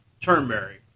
Turnberry